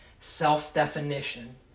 Self-definition